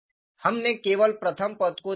हमने केवल प्रथम पद को देखा है